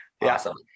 awesome